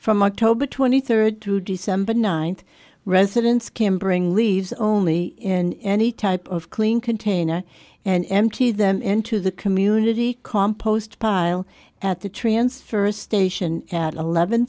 from october twenty third through december ninth residents can bring leaves only in any type of clean container and emptied them into the community compost pile at the transfer station at eleven